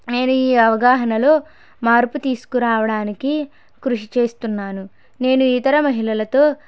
నేను ఈ అవగాహనలో మార్పు తీసుకురావడానికి కృషి చేస్తున్నాను నేను ఇతర మహిళలతో